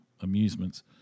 amusements